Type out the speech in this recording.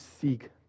seek